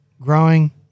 growing